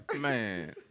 Man